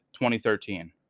2013